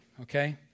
okay